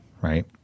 right